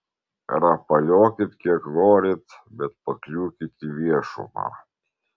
rapaliokit kiek norit bet pakliūkit į viešumą